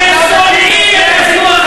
האם, זה לא בסדר,